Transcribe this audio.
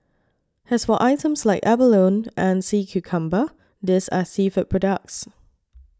as for items like abalone and sea cucumber these are seafood products